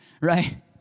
Right